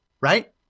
right